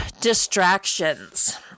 distractions